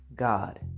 God